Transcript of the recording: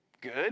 good